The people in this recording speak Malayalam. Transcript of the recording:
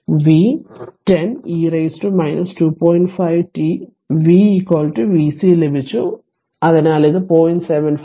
5 t v v c ലഭിച്ചു അതിനാൽ ഇത് 0